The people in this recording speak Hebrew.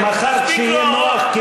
אני לא מבין.